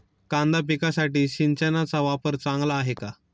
कांदा पिकासाठी सिंचनाचा वापर चांगला आहे का?